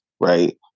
Right